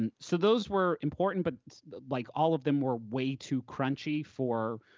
and so those were important, but like all of them were way too crunchy for,